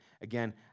Again